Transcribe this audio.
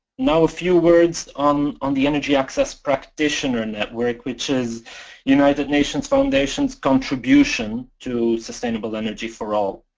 now a few words on on the energy access practitioner network which is united nations foundation's contribution to sustainable energy for all.